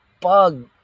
bug